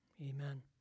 Amen